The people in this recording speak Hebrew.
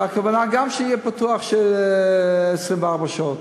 והכוונה היא שיהיה פתוח 24 שעות,